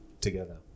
together